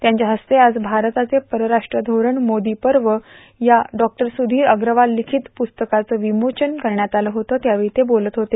त्यांच्या हस्ते आज भारताचे परराष्ट्र धोरण मोदी पर्व या डॉ सुधीर अग्रवाल लिखित प्रस्तकाचं विमोचन करण्यात आलं तेव्हा ते बोलत होते